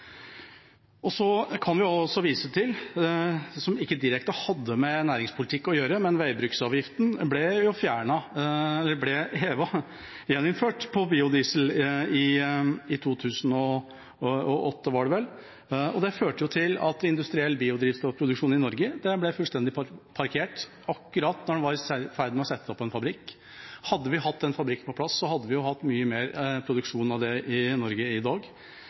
arbeidsmarkedet. Så kan vi vise til noe som ikke direkte hadde med næringspolitikk å gjøre, men veibruksavgiften ble gjeninnført på biodiesel i 2008, var det vel, og det førte til at industriell biodrivstoffproduksjon i Norge ble fullstendig parkert akkurat da de var i ferd med å sette opp en fabrikk. Hadde vi hatt en fabrikk på plass, hadde vi hatt mye mer produksjon av det i Norge i dag.